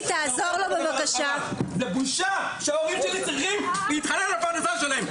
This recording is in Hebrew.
זה בושה שההורים שלי צריכים להתחנן על הפרנסה שלהם.